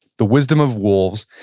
the wisdom of wolves,